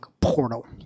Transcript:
Portal